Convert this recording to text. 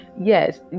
Yes